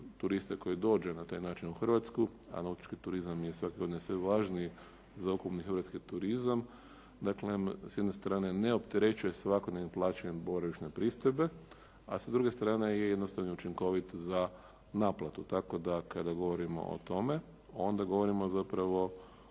turiste koji dođu na taj način u Hrvatsku, a nautički turizam je svake godine sve važniji za ukupni hrvatski turizam. Dakle, s jedne strane ne opterećuje svakodnevnim plaćanjem boravišne pristojbe, a s druge strane je jednostavan i učinkovit za naplatu. Tako da kada govorimo o tome, onda govorimo zapravo